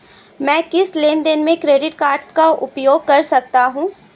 मैं किस लेनदेन में क्रेडिट कार्ड का उपयोग कर सकता हूं?